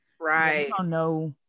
Right